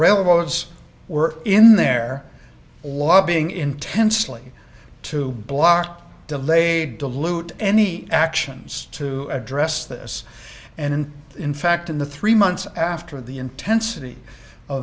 railroads were in there lobbying intense you to block delayed dilute any actions to address this and in fact in the three months after the intensity o